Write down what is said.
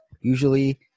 usually